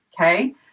okay